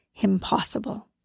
Impossible